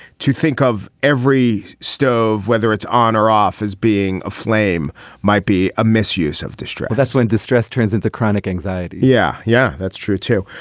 to think of every stove whether it's on or off as being a flame might be a misuse of distress. that's when distress turns into chronic anxiety. yeah yeah that's true too.